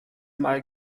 mal